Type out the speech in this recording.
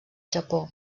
japó